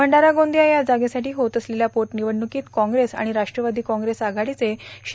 मंडारा गोंदिया या जगेसाठी होत असलेल्या पोटनिवडणुक्वीत कॉंप्रेस आणि राष्ट्रवादी कॉंप्रेस आघाडीचे श्री